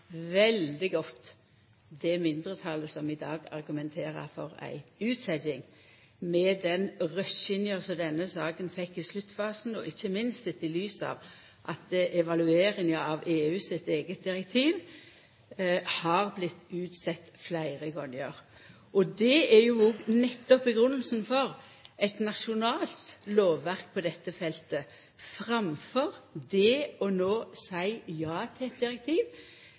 veldig godt det mindretalet som i dag argumenterer for ei utsetjing – med den rushinga som denne saka fekk i sluttfasen, og ikkje minst sett i lys av at evalueringa av EU sitt eige direktiv har vorte utsett fleire gonger. Det er jo òg nettopp grunngjevinga for eit nasjonalt lovverk på dette feltet, framfor det å no seia ja til eit direktiv